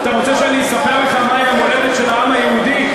אתה רוצה שאני אספר לך מהי המולדת של העם היהודי?